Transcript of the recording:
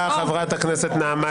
תודה רבה, חברת הכנסת נעמה לזימי.